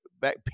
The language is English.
back